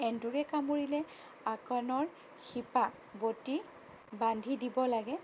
এন্দুৰে কামুৰিলে আকনৰ শিপা বটি বান্ধি দিব লাগে